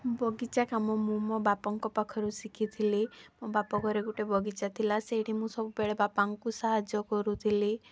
ବଗିଚା କାମ ମୁଁ ମୋ ବାପଙ୍କ ପାଖରୁ ଶିଖିଥିଲି ମୋ ବାପଘରେ ଗୋଟେ ବଗିଚା ଥିଲା ସେଇଠି ମୁଁ ସବୁବେଳେ ବାପାଙ୍କୁ ସାହାଯ୍ୟ କରୁଥିଲି